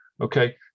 Okay